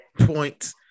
points